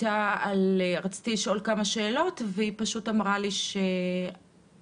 רציתי לשאול כמה שאלות והיא אמרה לי שיש